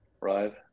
right